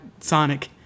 Sonic